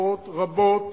משפחות רבות